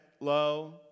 low